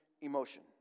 emotion